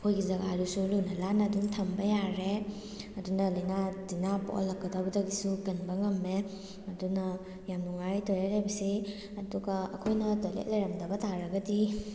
ꯑꯩꯈꯣꯏꯒꯤ ꯖꯒꯥꯗꯨꯁꯨ ꯂꯨꯅ ꯅꯥꯟꯅ ꯑꯗꯨꯝ ꯊꯝꯕ ꯌꯥꯔꯦ ꯑꯗꯨꯅ ꯂꯥꯏꯅꯥ ꯇꯤꯟꯅꯥ ꯄꯣꯛꯍꯜꯂꯛꯀꯗꯕꯗꯒꯤꯁꯨ ꯀꯟꯕ ꯉꯝꯃꯦ ꯑꯗꯨꯅ ꯌꯥꯝ ꯅꯨꯡꯉꯥꯏ ꯇꯣꯏꯂꯦꯠ ꯂꯩꯕꯁꯤ ꯑꯗꯨꯒ ꯑꯩꯈꯣꯏꯅ ꯇꯣꯏꯂꯦꯠ ꯂꯩꯔꯝꯗꯕ ꯇꯥꯔꯒꯗꯤ